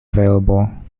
available